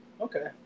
Okay